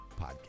podcast